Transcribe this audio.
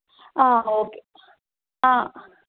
okay